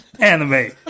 anime